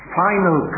final